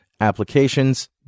applications